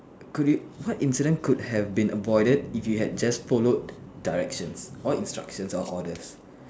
could you what incident could have been avoided if you had just followed directions or instructions or orders